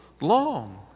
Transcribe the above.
long